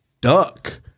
Duck